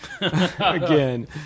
again